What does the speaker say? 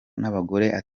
n’abagore